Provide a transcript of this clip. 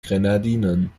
grenadinen